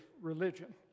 religion